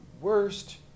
worst